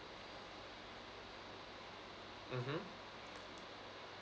mmhmm